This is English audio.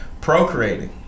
procreating